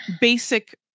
basic